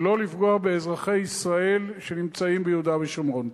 ולא לפגוע באזרחי ישראל שנמצאים ביהודה ושומרון.